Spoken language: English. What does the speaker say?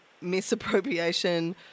misappropriation